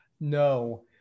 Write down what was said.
no